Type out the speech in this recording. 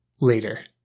later